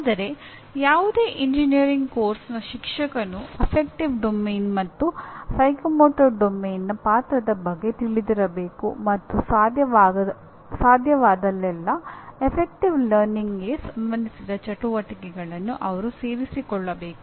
ಆದರೆ ಯಾವುದೇ ಎಂಜಿನಿಯರಿಂಗ್ ಪಠ್ಯಕ್ರಮದ ಶಿಕ್ಷಕನು ಅಫೆಕ್ಟಿವ್ ಡೊಮೇನ್ ಸಂಬಂಧಿಸಿದ ಚಟುವಟಿಕೆಗಳನ್ನು ಅವರು ಸೇರಿಸಿಕೊಳ್ಳಬೇಕು